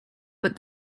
but